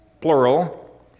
plural